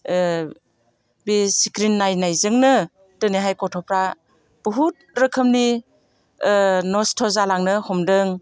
बे स्क्रिन नायनायजोंनो दिनैहाय गथ'फ्रा बहुद रोखोमनि नस्थ' जालांनो हमदों